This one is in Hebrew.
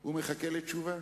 הוא מחכה לתשובה.